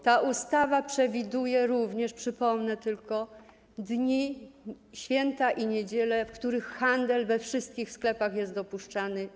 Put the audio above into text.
Ta ustawa przewiduje również - przypomnę tylko - święta i niedziele, w których handel we wszystkich sklepach jest dopuszczalny.